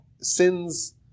sins